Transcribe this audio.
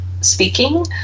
speaking